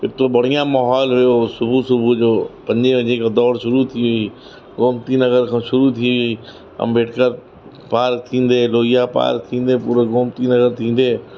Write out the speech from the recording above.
एतिरो बढ़िया माहौल हुयो सुबुह सुबुह जो पंजे वजे खां दौड़ शुरु थी वई गोमती नगर खां शुरू थी अंबेडकर पार थींदे लोहिया पार थींदे पूरो गोमती नगर थींदे